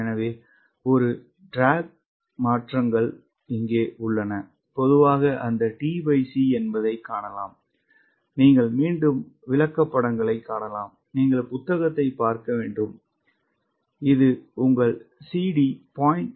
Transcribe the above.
எனவே ஒரு ட்ராக் மாற்றங்கள் உள்ளன பொதுவாக அந்த tc என்பதைக் காணலாம் நீங்கள் மீண்டும் விளக்கப்படங்களைக் காணலாம் நீங்கள் புத்தகத்தைப் பார்க்க வேண்டும் இது உங்கள் 0